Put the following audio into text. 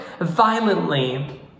violently